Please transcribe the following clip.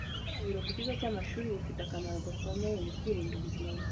Ubukarabiro ku kigo cy’amashuri bufite akamaro gakomeye